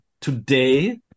today